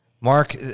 Mark